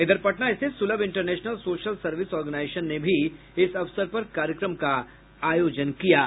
इधर पटना स्थित Sulabh International Social Service Organisation ने भी इस अवसर पर कार्यक्रम का आयोजन किया गया